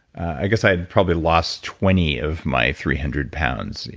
i guess i had probably lost twenty of my three hundred pounds. yeah